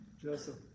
Joseph